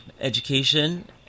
education